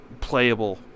playable